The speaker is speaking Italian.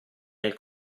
nel